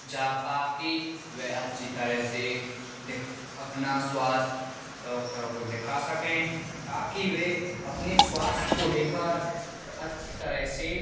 जा ताकि वह अच्छी तरह से देख अपना स्वास्थ्य डॉक्टरों को दिखा सकें ताकि वे अपने स्वास्थ्य को लेकर अच्छी तरह से